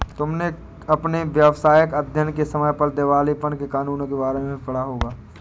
तुमने अपने व्यावसायिक अध्ययन के समय पर दिवालेपन के कानूनों के बारे में भी पढ़ा होगा